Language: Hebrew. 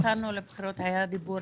12:42) לפני שיצאנו לבחירות היה דיבור